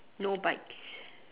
no bikes